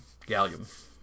Gallium